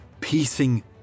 piecing